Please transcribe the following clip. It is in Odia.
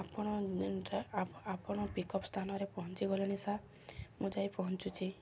ଆପଣ ଆପଣ ପିକ୍ଅପ୍ ସ୍ଥାନରେ ପହଞ୍ଚିଗଲେଣିି ସାର୍ ମୁଁ ଯାଇ ପହଞ୍ଚୁଛି